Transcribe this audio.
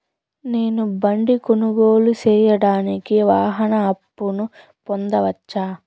నేను బండి కొనుగోలు సేయడానికి వాహన అప్పును పొందవచ్చా?